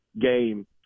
game